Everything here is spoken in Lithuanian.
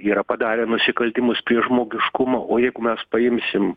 yra padarę nusikaltimus prieš žmogiškumą o jeigu mes paimsim